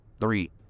three